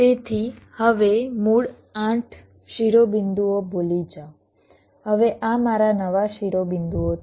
તેથી હવે મૂળ 8 શિરોબિંદુઓ ભૂલી જાઓ હવે આ મારા નવા શિરોબિંદુઓ છે